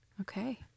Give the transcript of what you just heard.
Okay